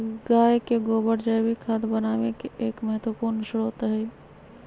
गाय के गोबर जैविक खाद बनावे के एक महत्वपूर्ण स्रोत हई